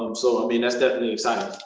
um so i mean, that's definitely exciting,